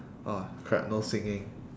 ah crap no singing